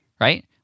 right